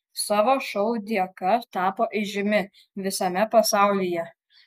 savo šou dėka tapo įžymi visame pasaulyje